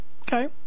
Okay